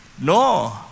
No